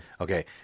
Okay